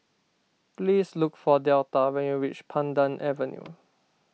please look for Delta when you reach Pandan Avenue